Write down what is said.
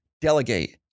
delegate